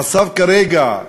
המצב כרגע,